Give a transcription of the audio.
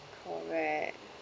correct